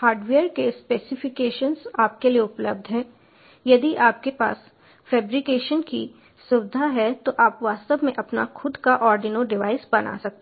hardware के specifications आपके लिए उपलब्ध हैं यदि आपके पास फैब्रिकेशन की सुविधा है तो आप वास्तव में अपना खुद का आर्डिनो डिवाइस बना सकते हैं